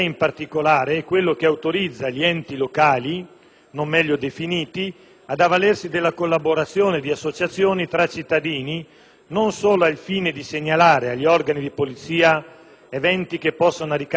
non meglio definiti - ad avvalersi della collaborazione di associazioni tra cittadini non solo al fine di segnalare agli organi di polizia eventi che possano arrecare danno alla sicurezza urbana o situazioni di disagio,